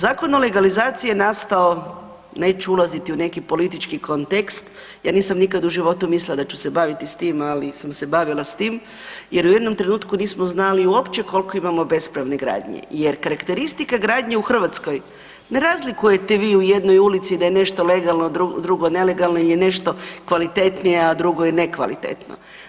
Zakon o legalizaciji je nastao, neću ulaziti u neki politički kontekst, ja nisam nikad u životu mislila da ću se baviti s tim ali sam se bavila s tim jer u jednom trenutku nismo znali uopće koliko imamo bespravne gradnje jer karakteristika gradnje u Hrvatskoj ne razlikujete vi u jednoj ulici da je nešto legalno, drugo nelegalno ili je nešto kvalitetnije a drugo je nekvalitetno.